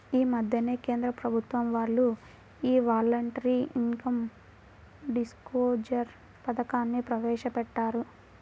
యీ మద్దెనే కేంద్ర ప్రభుత్వం వాళ్ళు యీ వాలంటరీ ఇన్కం డిస్క్లోజర్ పథకాన్ని ప్రవేశపెట్టారు